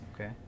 Okay